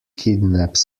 kidnaps